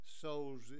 Souls